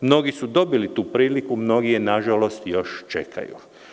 Mnogi su dobili tu priliku, mnogi je nažalost, još čekaju.